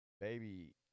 baby